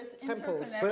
temples